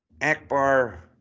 Akbar